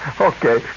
Okay